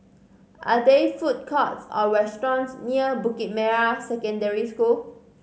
are there food courts or restaurants near Bukit Merah Secondary School